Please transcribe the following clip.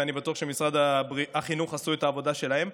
ואני בטוח שמשרד הבריאות עשו את העבודה שלהם,